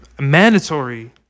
Mandatory